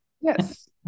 Yes